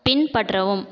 பின்பற்றவும்